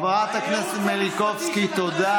הייעוץ המשפטי של הכנסת מחייב גם אותך.